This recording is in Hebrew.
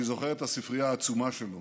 אני זוכר את הספרייה העצומה שלו.